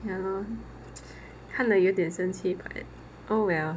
ya lor 看了有点生气 but oh well